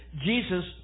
Jesus